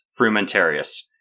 Frumentarius